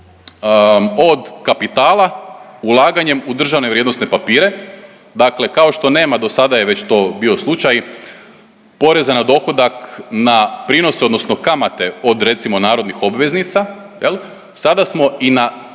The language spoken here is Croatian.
od kapitala ulaganjem u državne vrijednosne papire. Dakle, kao što nema dosada je već to bio slučaj poreza na dohodak na prinose odnosno kamate od recimo narodnih obveznica jel sada smo i na